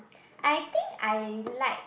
I think I like